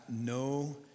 no